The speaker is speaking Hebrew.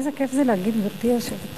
איזה כיף זה להגיד: גברתי היושבת-ראש.